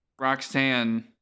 Roxanne